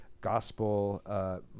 gospel